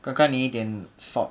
刚才你一点 sot